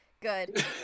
good